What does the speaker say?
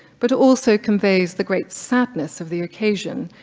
but also conveys the great sadness of the occasion,